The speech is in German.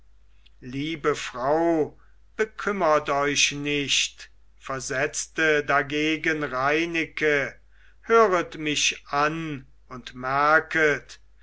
liebe frau bekümmert euch nicht versetzte dagegen reineke höret mich an und merket